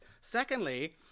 Secondly